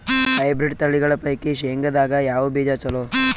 Hybrid ತಳಿಗಳ ಪೈಕಿ ಶೇಂಗದಾಗ ಯಾವ ಬೀಜ ಚಲೋ?